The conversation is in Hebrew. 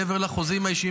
מעבר לחוזים האישיים,